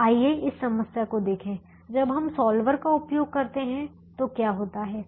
अब आइए इस समस्या को देखें जब हम सॉल्वर का उपयोग करते हैं तो क्या होता है